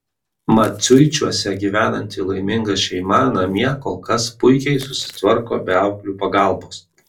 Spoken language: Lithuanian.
maciuičiuose gyvenanti laiminga šeima namie kol kas puikiai susitvarko be auklių pagalbos